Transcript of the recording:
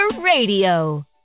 Radio